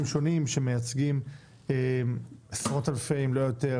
שונים שמייצגים עשרות אלפי אזרחים אם לא יותר.